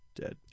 dead